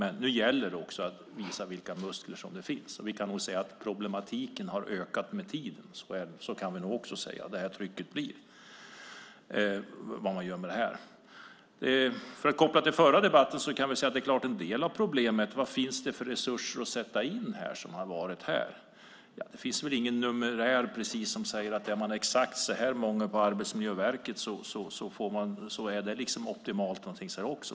Men nu gäller det också att visa vilka muskler som finns när det gäller vad man gör med det här. Vi kan nog säga att problematiken har blivit större med tiden. Jag kan koppla detta till den förra debatten och säga att en del av problemet gäller vad det finns för resurser att sätta in. Det finns väl ingen numerär i detta sammanhang, alltså att det är optimalt med ett exakt antal personer på Arbetsmiljöverket.